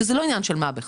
שזה לא עניין של מה בכך.